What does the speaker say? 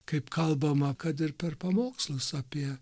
kaip kalbama kad ir per pamokslus apie